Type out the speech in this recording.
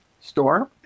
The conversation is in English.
store